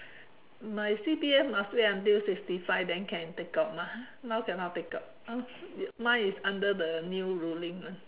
my C_P_F must wait until sixty five then can take out mah now cannot take out mine is under the new ruling lah